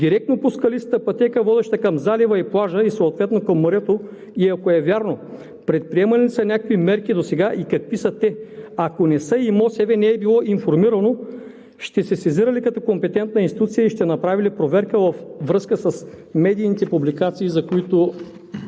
директно по скалистата пътека, водеща към залива и плажа, и съответно към морето, и ако е вярно – предприемани ли се някакви мерки досега и какви са те? Ако не са и МОСВ не е било информирано, ще се сезира ли като компетентна институция и ще направи ли проверка във връзка с медийните публикации, за които